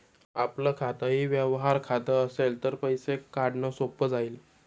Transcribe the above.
आपलं खातंही व्यवहार खातं असेल तर पैसे काढणं सोपं जाईल